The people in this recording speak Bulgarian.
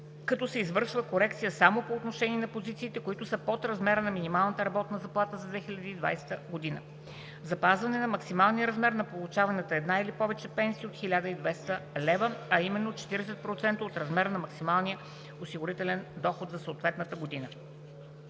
като се извършва корекция само по отношение на позициите, които са под размера на минималната работна заплата за 2020 г.; - запазване на максималния размер на получаваните една или повече пенсии на 1200 лв., а именно 40% от размера на максималния осигурителен доход за съответната година.